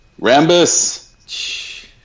Rambus